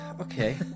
Okay